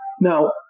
Now